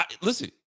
Listen